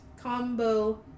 combo